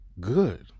Good